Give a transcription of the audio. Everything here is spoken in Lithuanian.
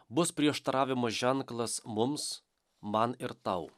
bus prieštaravimo ženklas mums man ir tau